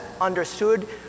understood